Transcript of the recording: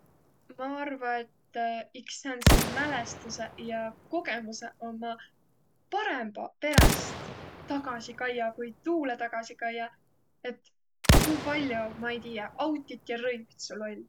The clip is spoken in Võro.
Ma arva, et iks säändseq mälestuseq ja kogõmuseq ommaq parõmbaq peräst tagasi kaiaq, ku tuulõ tagasi kaiaq, et ku pall'o, ma ei tiiäq, autit ja rõivit sul oll'.